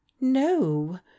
no